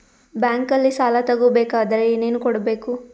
ಬ್ಯಾಂಕಲ್ಲಿ ಸಾಲ ತಗೋ ಬೇಕಾದರೆ ಏನೇನು ಕೊಡಬೇಕು?